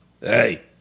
Hey